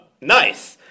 nice